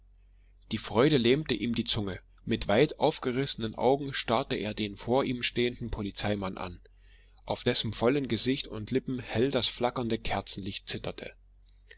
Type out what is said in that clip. die freude lähmte ihm die zunge mit weit aufgerissenen augen starrte er den vor ihm stehenden polizeimann an auf dessen vollem gesicht und lippen hell das flackernde kerzenlicht zitterte